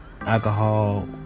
alcohol